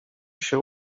się